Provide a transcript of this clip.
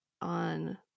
on